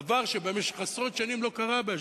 דבר שבמשך עשרות שנים לא קרה באשדוד.